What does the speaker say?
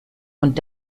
und